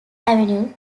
avenue